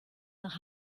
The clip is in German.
nach